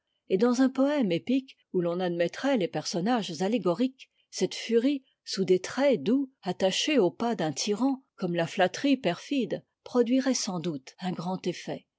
et dans un poëme épique où l'on admettrait les personnages allégoriques cette furie sous des traits doux attachée aux pas d'un tyran comme la flatterie perfide produirait sans doute un grand effet